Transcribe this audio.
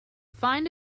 find